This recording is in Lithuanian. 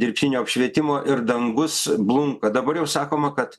dirbtinio apšvietimo ir dangus blunka dabar jau sakoma kad